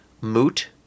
moot